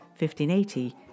1580